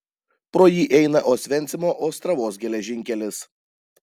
pro jį eina osvencimo ostravos geležinkelis